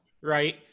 right